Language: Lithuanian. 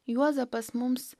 juozapas mums